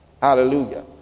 hallelujah